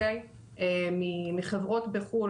מחברות בחו"ל,